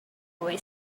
boy